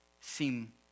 seem